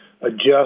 adjust